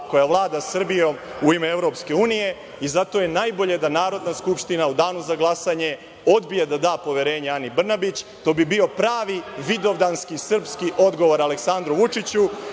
koja vlada Srbijom u ime EU i zato je najbolje da Narodna skupština u Danu za glasanje odbije da da poverenje Ani Brnabić. To bi bio pravi vidovanski, srpski odgovor Aleksandru Vučiću